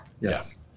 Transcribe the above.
yes